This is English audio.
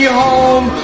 home